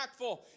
impactful